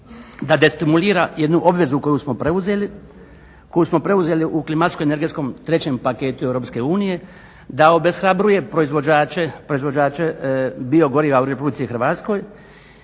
da destimulira jednu obvezu koju smo preuzeli u klimatsko-energetskom trećem paketu EU, da obeshrabruje proizvođače biogoriva u RH i da s